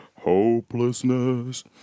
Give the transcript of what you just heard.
hopelessness